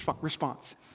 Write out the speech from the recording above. response